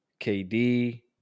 KD